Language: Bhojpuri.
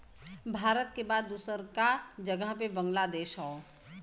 भारत के बाद दूसरका जगह पे बांग्लादेश हौ